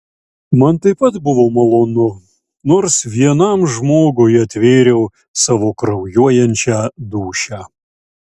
man taip pat buvo malonu nors vienam žmogui atvėriau savo kraujuojančią dūšią